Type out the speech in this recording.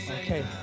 Okay